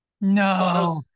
No